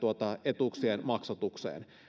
etuuksien maksatukseen